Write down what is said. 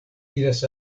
iras